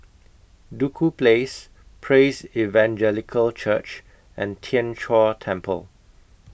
Duku Place Praise Evangelical Church and Tien Chor Temple